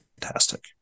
fantastic